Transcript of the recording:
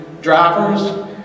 drivers